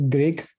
Greek